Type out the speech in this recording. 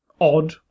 odd